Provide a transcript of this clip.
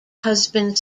husband